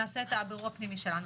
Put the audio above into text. נעשה את הבירור שלנו.